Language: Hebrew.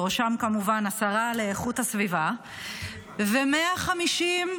בראשם כמובן השרה לאיכות הסביבה -- שמוליק סילמן.